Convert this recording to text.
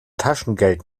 taschengeld